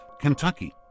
Kentucky